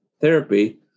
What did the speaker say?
therapy